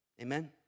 Amen